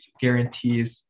guarantees